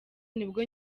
nibwo